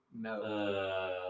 No